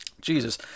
Jesus